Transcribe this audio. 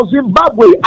Zimbabwe